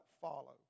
follow